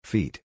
Feet